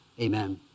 amen